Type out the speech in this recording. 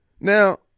Now